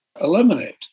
eliminate